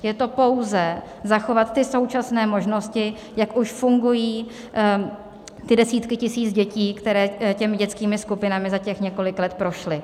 Je to pouze zachovat ty současné možnosti, jak už fungují desítky tisíc dětí, které dětskými skupinami za těch několik let prošly.